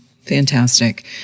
Fantastic